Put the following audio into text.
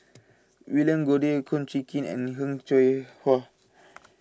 William Goode Kum Chee Kin and Heng Cheng Hwa